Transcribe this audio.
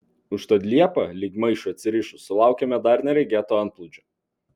užtat liepą lyg maišui atsirišus sulaukėme dar neregėto antplūdžio